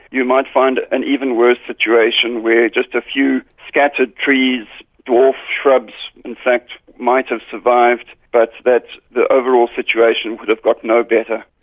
you might find an even worse situation where just a few scattered trees, dwarf shrubs in fact might have survived, but that the overall situation would have got no better.